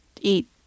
eat